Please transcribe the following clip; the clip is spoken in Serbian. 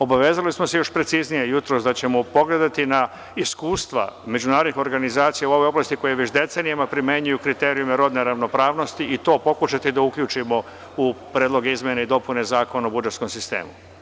Obavezali smo se još preciznije jutros da ćemo pogledati na iskustva međunarodnih organizacija u ovoj oblasti koja već decenijama primenjuju kriterijume rodne ravnopravnosti i to pokušati da uključimo u predloge izmene i dopune Zakona o budžetskom sistemu.